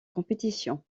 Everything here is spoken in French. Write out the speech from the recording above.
compétitions